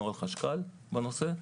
את נוהל חשכ"ל בנושא.